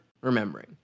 remembering